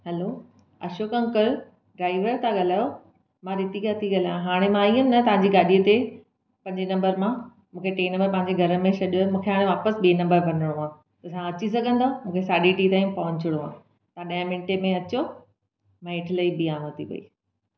hello Ashok uncle driver त ॻाल्हायो मां रीतिका थी ॻाल्हायां हाणे मां ईअं न तव्हांजी ॻाडीअ ते पंजे नंबर मां मूंखे टे नंबर पंहिंजे घरु में छॾियो मूंखे हाणे वापिसि ॿिए नंबर वञिणो आहे तव्हां अची सघंदव मूंखे साढी टी तईं पहुंचणो आहे तव्हां ॾह मिंटे में अचो मां हेठि लई बियांव थी पई